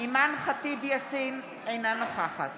אימאן ח'טיב יאסין, אינה נוכחת